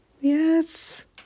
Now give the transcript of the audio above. Yes